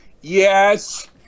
Yes